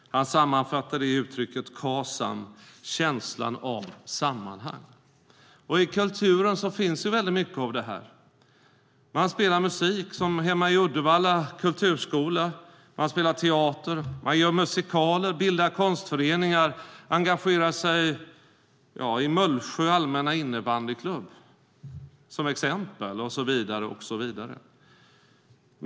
Han sammanfattar det i uttrycket KASAM, känslan av sammanhang. I kulturen finns väldigt mycket av det här. Man spelar musik, som hemma på Uddevalla kulturskola, man spelar teater, gör musikaler, bildar konstföreningar, engagerar sig i till exempel Mullsjö allmänna innebandyklubb och så vidare.